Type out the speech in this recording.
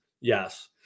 yes